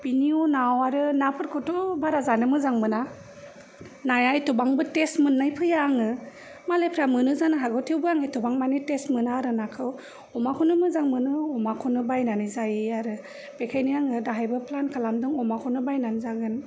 बिनि उनाव आरो ना फोरखौथ' बारा जानो मोजां मोना नाया एथबांबो टेस्ट मोननाय फैया आङो मालाइफोरा मोनो जानोहागौ थेवबो आं एथबां माने टेस्ट मोना आरो ना खौ अमाखौनो मोजां मोनो अमाखौनो बायनानै जायो आरो बेखायनो आङो दाहायबो प्लान खालामदों अमाखौनो बायनानै जागोन